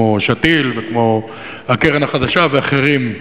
כמו שתי"ל וכמו הקרן החדשה ואחרים.